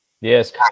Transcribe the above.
Yes